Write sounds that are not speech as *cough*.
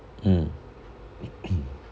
mm *coughs*